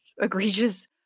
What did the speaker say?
egregious